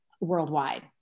worldwide